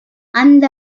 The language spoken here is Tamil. அந்த